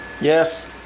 Yes